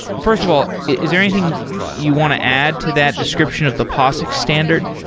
first of all, is there anything you want to add to that description of the posix standard?